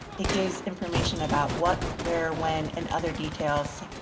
it gives information about what, where, when, and other details,